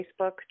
Facebook